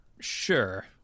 Sure